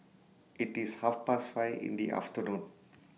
IT IS Half Past five in The afternoon